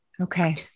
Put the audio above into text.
Okay